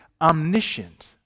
omniscient